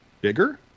bigger